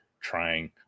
trying